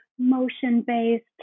motion-based